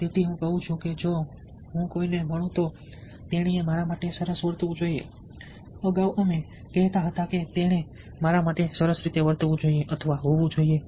તેથી હું કહું છું કે જો હું કોઈને મળું તો તેણીએ મારા માટે સરસ વર્તવું જોઈએ અગાઉ અમે કહેતા હતા કે તેણે મારા માટે સરસ હોવું જોઈએ